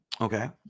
okay